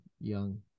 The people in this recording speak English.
young